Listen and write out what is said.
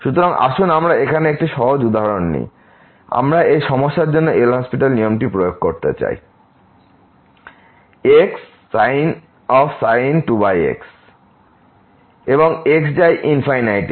সুতরাং আসুন আমরা এখানে একটি সহজ উদাহরণ নিই আমরা এই সমস্যার জন্য এই LHospital নিয়মটি প্রয়োগ করতে চাই xsin 2x এবং x যায় তে